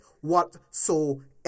whatsoever